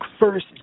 first